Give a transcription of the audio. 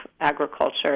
agriculture